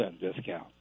discount